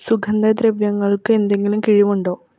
സുഗന്ധദ്രവ്യങ്ങൾക്ക് എന്തെങ്കിലും കിഴിവുണ്ടോ